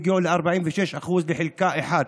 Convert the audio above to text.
והגיעו ל-46% לחלקה אחת.